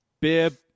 Bib